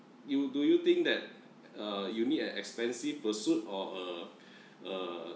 you do you think that uh you need an expensive pursuit or a uh